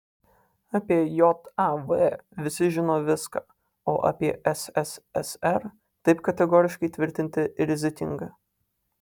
apie jav visi žino viską o apie sssr taip kategoriškai tvirtinti rizikinga